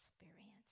experience